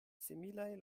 similaj